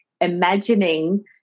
imagining